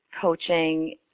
coaching